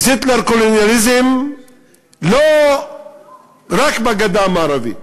ו-settler colonialism לא רק בגדה המערבית,